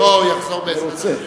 הוא יחזור, בעזרת השם.